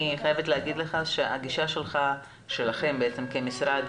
אני חייבת להגיד לך שהגישה שלך, שלכם כמשרד,